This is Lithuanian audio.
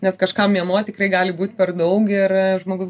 nes kažkam mėnuo tikrai gali būt per daug ir žmogus